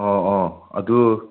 ꯑꯣ ꯑꯣ ꯑꯗꯨ